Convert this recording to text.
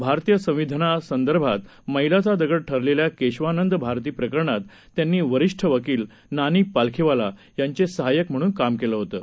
भारतीय संविधाना संदर्भात मैलाचा दगड ठरलेल्या केशवानंद भारती प्रकरणात त्यांनी वरिष्ठ वकील नानी पालखीवाला यांचे सहाय्यक म्हणून काम केलं होतं